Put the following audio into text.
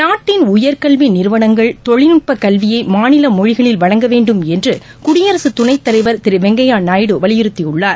நாட்டின் உயர்கல்வி நிறுவனங்கள் தொழில்நுட்ப கல்வியை மாநில மொழிகளில் வழங்க வேண்டும் என்று குடியசுத் துணைத் தலைவர்திரு வெங்கய்யா நாயுடு வலியுறுத்தியுள்ளார்